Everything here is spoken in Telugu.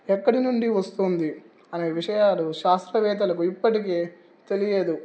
ఎక్కడి నుండి వస్తుంది అనే విషయాలు శాస్త్రవేత్తలకు ఇప్పటికీ తెలియదు